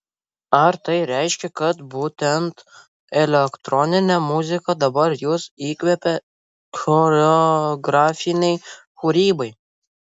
ar tai reiškia kad būtent elektroninė muzika dabar jus įkvepia choreografinei kūrybai